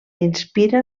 inspira